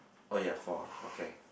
oh ya four okay